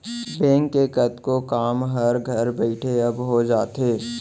bank के कतको काम हर घर बइठे अब हो जाथे